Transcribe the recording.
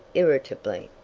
irritably.